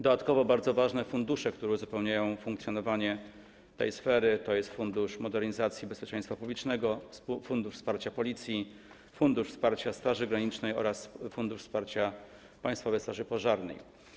Dodatkowo bardzo ważne fundusze, które uzupełniają funkcjonowanie tej sfery, stanowią Fundusz Modernizacji Bezpieczeństwa Publicznego, Fundusz Wsparcia Policji, Fundusz Wsparcia Straży Granicznej oraz Fundusz Wsparcia Państwowej Straży Pożarnej.